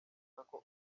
uncle